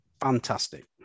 fantastic